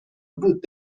بود